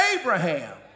Abraham